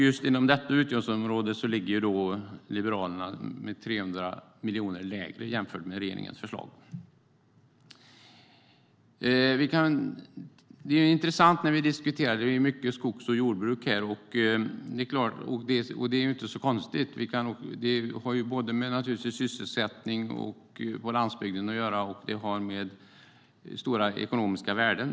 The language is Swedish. Just inom detta utgiftsområde ligger Liberalerna 300 miljoner lägre jämfört med regeringens förslag. Det är intressant när vi diskuterar detta. Det är mycket skogs och jordbruk. Det är inte så konstigt. Det har naturligtvis med sysselsättning på landsbygden att göra, och det har stora ekonomiska värden.